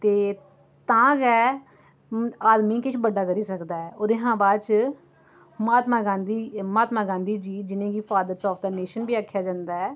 ते तां गै आदमी किश बड्डा करी सकदा ऐ ओह्दे हा बाद च महात्मा गांधी महात्मा गांधी जी जिनेंगी फादर आफ़ दा नेशन बी आखेआ जंदा ऐ